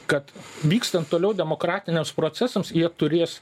kad vykstant toliau demokratiniams procesams jie turės